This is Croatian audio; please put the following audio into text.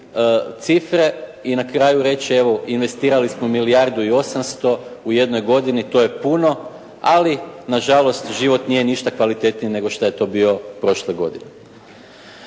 i na kraju reći, evo investirali smo milijardu i 800 u jednoj godini, to je puno, ali nažalost život nije ništa kvalitetniji nego što je to bio prošle godine.